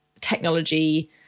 technology